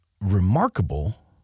remarkable